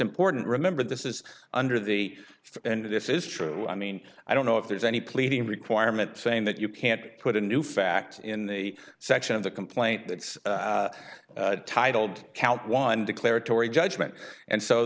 important remember this is under the if and this is true i mean i don't know if there's any pleading requirement saying that you can't put a new fact in the section of the complaint that's titled count one declaratory judgment and so